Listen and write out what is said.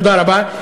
תודה רבה.